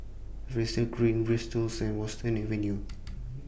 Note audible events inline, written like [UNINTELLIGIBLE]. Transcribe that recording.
[UNINTELLIGIBLE] Green Vristols and Western Avenue [NOISE]